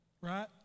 Right